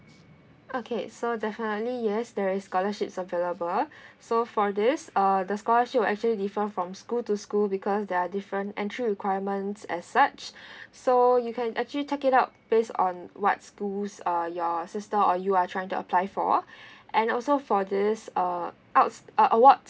okay so definitely yes there is scholarships available so for this uh the scholarship will actually different from school to school because there are different entry requirements as such so you can actually check it out based on what schools uh your sister or you are trying to apply for and also for this uh out uh awards such